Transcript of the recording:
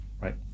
right